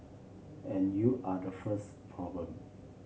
and you are the first problem